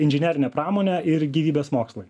inžinerinę pramonę ir gyvybės mokslai